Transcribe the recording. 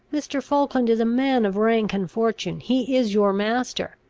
mr. falkland is a man of rank and fortune he is your master.